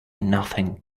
nothing